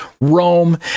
Rome